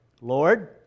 Lord